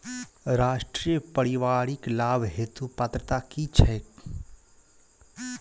राष्ट्रीय परिवारिक लाभ हेतु पात्रता की छैक